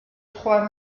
trois